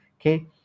okay